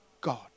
God